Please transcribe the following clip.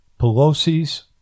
Pelosi's